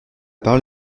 parole